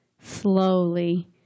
slowly